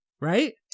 Right